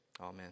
Amen